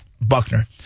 Buckner